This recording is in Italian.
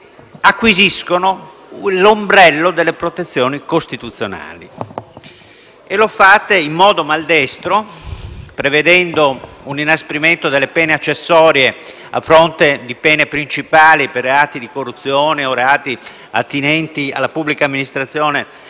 acquisiscono l'ombrello delle protezioni costituzionali. Lo fate in modo maldestro, prevedendo un inasprimento delle pene accessorie a fronte di pene principali per reati di corruzione o reati attinenti alla pubblica amministrazione